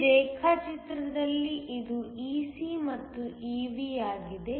ಈ ರೇಖಾಚಿತ್ರದಲ್ಲಿ ಇದು Ec ಮತ್ತು Ev ಆಗಿದೆ